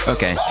Okay